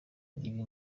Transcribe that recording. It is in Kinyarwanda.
ibi